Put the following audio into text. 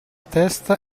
testa